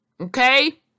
Okay